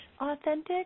authentic